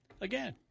again